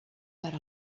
per